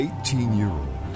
Eighteen-year-old